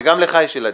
וגם לך יש ילדים.